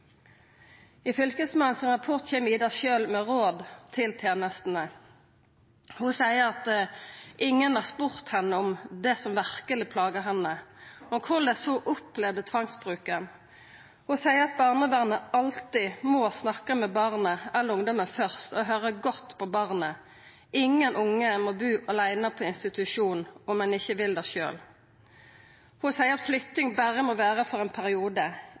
I rapporten frå fylkesmennene kjem «Ida» sjølv med råd til tenestene. Ho seier at ingen har spurt henne om det som verkeleg plaga henne, om korleis ho opplevde tvangsbruken. Ho seier at barnevernet alltid må snakka med barnet eller ungdomen først, og høyra godt på barnet. Ingen unge må bu aleine på institusjon om dei ikkje vil det sjølve. Ho seier at flytting berre må vera for ein periode,